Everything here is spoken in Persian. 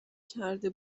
کرده